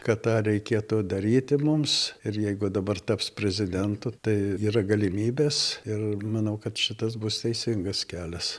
kad tą reikėtų daryti mums ir jeigu dabar taps prezidentu tai yra galimybės ir manau kad šitas bus teisingas kelias